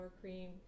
cream